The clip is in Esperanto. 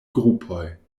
grupoj